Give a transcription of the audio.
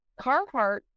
Carhartt